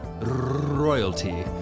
royalty